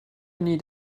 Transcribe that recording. need